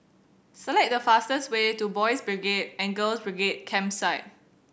select the fastest way to Boys' Brigade and Girls' Brigade Campsite